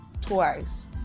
twice